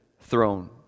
throne